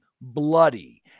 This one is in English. bloody